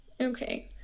Okay